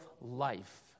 life